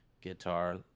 guitar